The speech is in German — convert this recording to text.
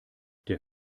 der